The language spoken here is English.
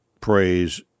praise